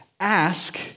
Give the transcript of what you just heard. Ask